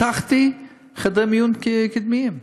פתחתי חדרי מיון קדמיים.